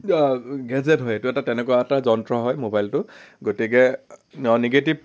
gadget হয় এইটো এটা তেনেকুৱা এটা যন্ত্ৰ হয় মোবাইলটো গতিকে নেগেটিভ